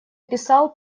писал